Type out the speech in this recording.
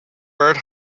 bird